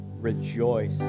rejoice